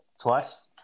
twice